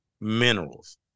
minerals